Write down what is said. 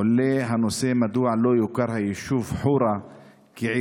עולה ששאלה מדוע לא יוכר היישוב חורה כעיר.